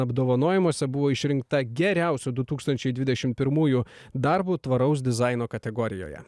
apdovanojimuose buvo išrinkta geriausiu du tūkstančiai dvidešim pirmųjų darbu tvaraus dizaino kategorijoje